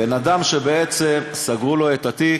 בן-אדם שסגרו לו את התיק,